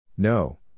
No